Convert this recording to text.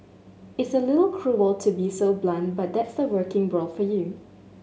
it's a little cruel to be so blunt but that's the working world for you